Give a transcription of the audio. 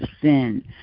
sin